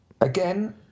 Again